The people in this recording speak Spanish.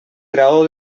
grado